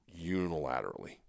unilaterally